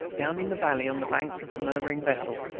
down in the valley on the banks of the murmuring vesle,